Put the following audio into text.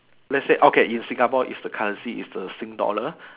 let's say okay in Singapore if the currency is the sing dollar